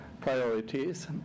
priorities